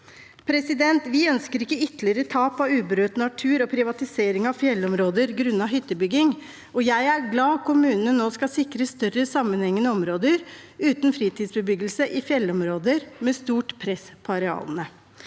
å ese ut. Vi ønsker ikke ytterligere tap av uberørt natur og privatisering av fjellområder grunnet hyttebygging, og jeg er glad kommunene nå skal sikre større sammenhengende områder uten fritidsbebyggelse i fjellområder med stort press på arealene.